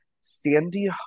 Sandy